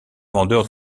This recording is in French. vendeurs